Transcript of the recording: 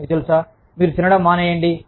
మీకు తెలుసా మీరు తినడం మానేయండి